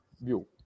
view